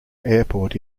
airport